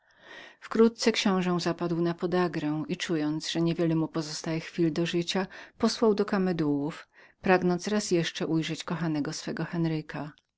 książe zapadł na podagrę która podchodziła mu do piersi i czując że niewiele mu powstaje chwil do życia posłał do kamedułów i żądał raz jeszcze widzieć kochanego swego henryka